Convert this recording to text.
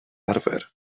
arfer